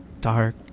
dark